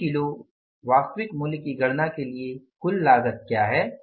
प्रति किलो वास्तविक मूल्य की गणना के लिए कुल लागत क्या है